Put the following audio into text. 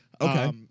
Okay